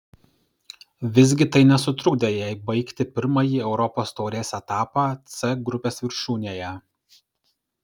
visgi tai nesutrukdė jai baigti pirmąjį europos taurės etapą c grupės viršūnėje